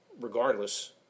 regardless